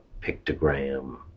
pictogram